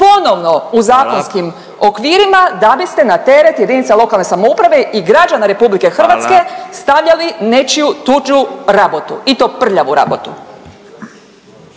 Radin: Hvala./… okvirima da biste na teret jedinice lokalne samouprave i građana RH …/Upadica Radin: Hvala./… stavljali nečiju tuđu rabotu i to prljavu rabotu.